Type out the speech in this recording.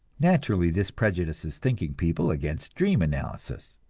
naturally this prejudices thinking people against dream analysis